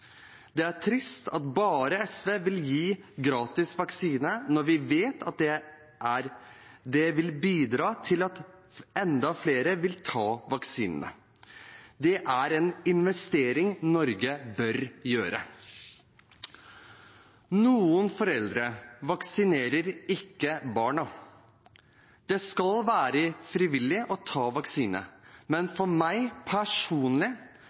Det er trist at bare SV vil gi gratis vaksine når vi vet at det vil bidra til at enda flere vil ta vaksinene. Det er en investering Norge bør gjøre. Noen foreldre vaksinerer ikke barna. Det skal være frivillig å ta vaksine, men for meg personlig